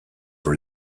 for